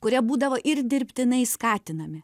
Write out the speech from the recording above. kurie būdavo ir dirbtinai skatinami